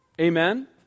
Amen